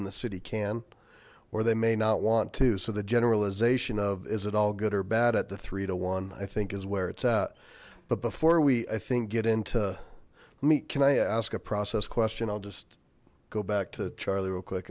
in the city can or they may not want to so the generalization of is it all good or bad at the three to one i think is where it's at but before we i think get into meat can i ask a process question go back to charlie real quick